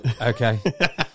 okay